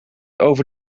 over